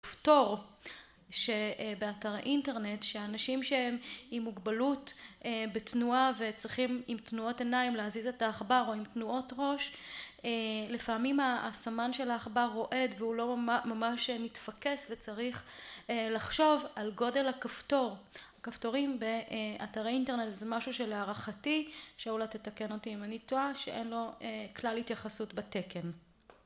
כפתור שבאתר האינטרנט, שאנשים שהם עם מוגבלות בתנועה וצריכים עם תנועות עיניים להזיז את העכבר או עם תנועות ראש, לפעמים הסמן של העכבר רועד והוא לא ממש מתפקס וצריך לחשוב על גודל הכפתור. הכפתורים באתר האינטרנט זה משהו שלהערכתי, שאולי תתקן אותי אם אני טועה, שאין לו כלל התייחסות בתקן.